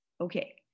Okay